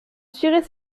cirer